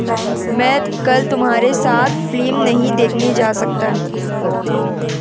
मैं कल तुम्हारे साथ फिल्म नहीं देखने जा सकता